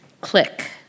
Click